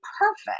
perfect